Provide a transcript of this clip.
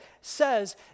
says